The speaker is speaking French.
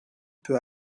peut